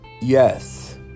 Yes